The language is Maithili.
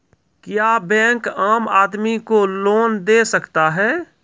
क्या बैंक आम आदमी को लोन दे सकता हैं?